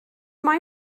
mae